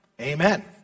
Amen